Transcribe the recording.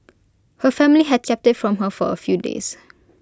her family had kept IT from her for A few days